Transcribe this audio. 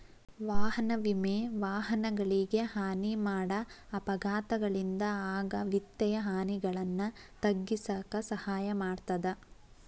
ವಾಹನ ವಿಮೆ ವಾಹನಗಳಿಗೆ ಹಾನಿ ಮಾಡ ಅಪಘಾತಗಳಿಂದ ಆಗ ವಿತ್ತೇಯ ಹಾನಿಗಳನ್ನ ತಗ್ಗಿಸಕ ಸಹಾಯ ಮಾಡ್ತದ